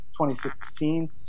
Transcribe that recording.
2016